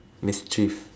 mischief